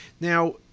Now